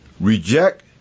reject